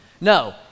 No